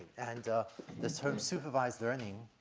and the term supervised learning